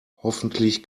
hoffentlich